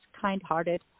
kind-hearted